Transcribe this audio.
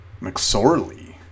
McSorley